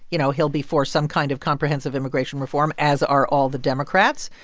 you know, he'll be for some kind of comprehensive immigration reform, as are all the democrats.